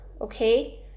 okay